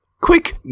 Quick